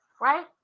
right